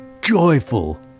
joyful